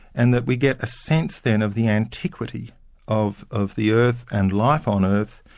and that we get a sense then of the antiquity of of the earth, and life on earth,